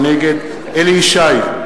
נגד אליהו ישי,